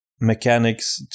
mechanics